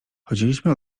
chodziliśmy